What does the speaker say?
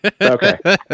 Okay